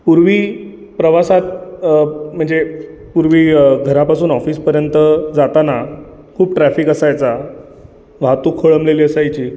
पूर्वी प्रवासात म्हणजे पूर्वी घरापासून ऑफिसपर्यंत जाताना खूप ट्रॅफिक असायचा वाहतूक खोळंबलेली असायची